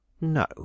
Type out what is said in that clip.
no